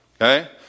okay